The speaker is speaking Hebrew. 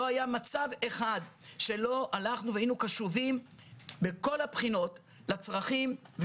לא היה מצב אחד שלא היינו קשובים מכל הבחינות לצרכים,